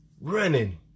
running